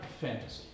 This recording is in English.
fantasy